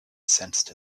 sensed